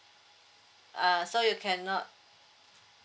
uh so you cannot